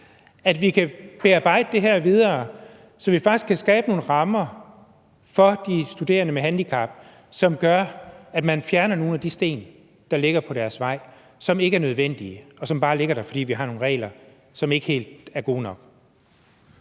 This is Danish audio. at vi kan bearbejde det her videre, så vi faktisk kan skabe nogle rammer for de studerende med handicap, som gør, at man fjerner nogle af de sten, der ligger på deres vej, som ikke er nødvendige, og som bare ligger der, fordi vi har nogle regler, som ikke helt er gode nok.